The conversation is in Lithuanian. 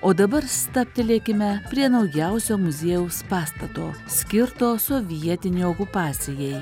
o dabar stabtelėkime prie naujausio muziejaus pastato skirto sovietinei okupacijai